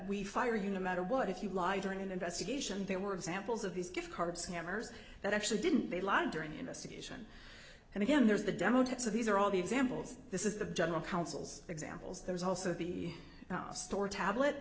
we fire you no matter what if you lie during an investigation they were examples of these gift cards scammers that actually didn't do a lot during the investigation and again there's the demo tape so these are all the examples this is the general counsel's examples there's also the store tablet